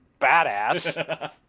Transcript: badass